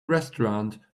restaurant